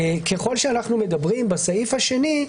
ככל שאנחנו מדברים בסעיף השני,